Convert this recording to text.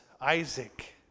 Isaac